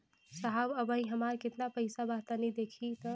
साहब अबहीं हमार कितना पइसा बा तनि देखति?